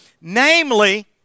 namely